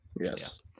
Yes